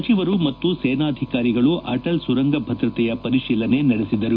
ಸಚಿವರು ಮತ್ತು ಸೇನಾಧಿಕಾರಿಗಳು ಅಟಲ್ ಸುರಂಗ ಭದ್ರತೆಯ ಪರಿಶೀಲನೆ ನಡೆಸಿದರು